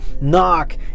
Knock